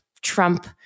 Trump